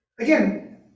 Again